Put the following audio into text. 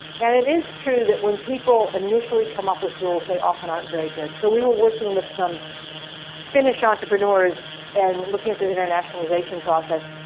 and it is true that when people initially come up with rules, they often aren't very good. so we were working with some finnish entrepreneurs and looking at their internationalization process.